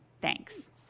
Thanks